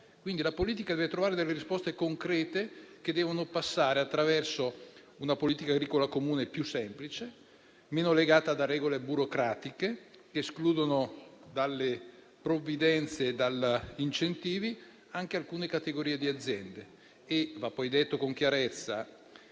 quindi, deve trovare delle risposte concrete che devono passare attraverso una Politica agricola comune più semplice, meno legata a regole burocratiche che escludono dalle provvidenze e dagli incentivi anche alcune categorie di aziende. Va poi detto con chiarezza